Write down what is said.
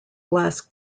glass